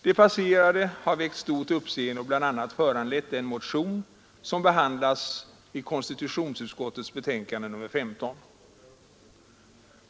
Det passerade har väckt stort uppseende och bl.a. föranlett den motion som behandlas i KU:s betänkande nr 15.